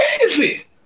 crazy